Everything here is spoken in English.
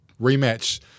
rematch